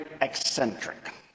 eccentric